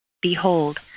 Behold